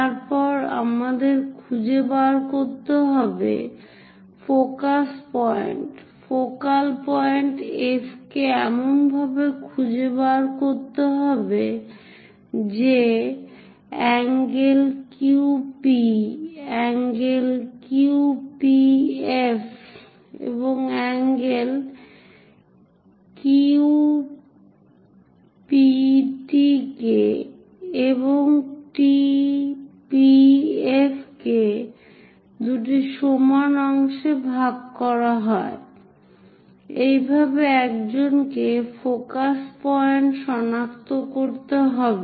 তারপর আমাদের খুঁজে বের করতে হবে focus point focal point F কে এমনভাবে খুঁজে বের করতে হবে যে ∠Q P ∠Q P F কে ∠Q P T এবং ∠T P F দুটি সমান অংশে ভাগ করা হয় এইভাবে একজনকে ফোকাস পয়েন্ট সনাক্ত করতে হবে